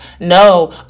no